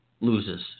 loses